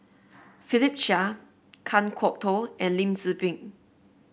Philip Chia Kan Kwok Toh and Lim Tze Peng